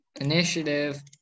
Initiative